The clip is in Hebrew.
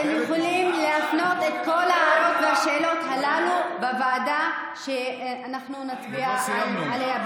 אתם יכולים להפנות את כל ההערות והשאלות הללו בוועדה שאנחנו נצביע עליה,